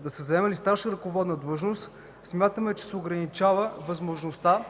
да са заемали старша ръководна длъжност смятаме, че се ограничава възможността